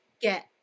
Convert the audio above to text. get